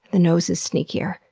the nose is sneakier.